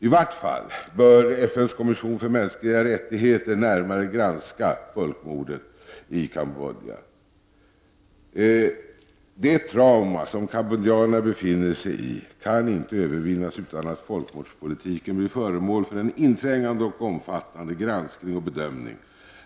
I vart fall bör FN:s kommission för mänskliga rättigheter närmare granska folkmordet i Cambodja. Det trauma som kambodjanerna befinner sig i kan inte övervinnas utan att folkmordspolitiken blir föremål för en inträngande och omfattande granskning och bedömning.